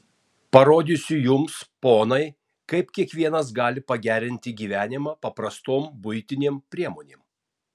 parodysiu jums ponai kaip kiekvienas gali pagerinti gyvenimą paprastom buitinėm priemonėm